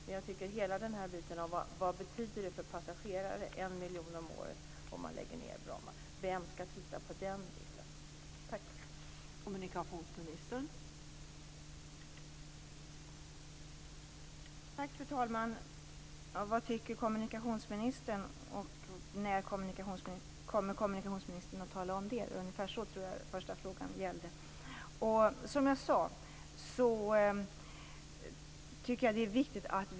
Men vem skall titta närmare på vad det betyder för 1 miljon passagerare om året om man lägger ned Bromma?